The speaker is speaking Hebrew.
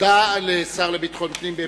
תודה לשר לביטחון פנים.